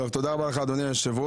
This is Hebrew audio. תודה רבה לך, אדוני היושב-ראש.